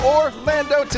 Orlando